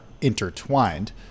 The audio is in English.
intertwined